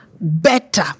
better